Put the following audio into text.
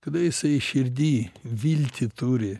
kada jisai širdy viltį turi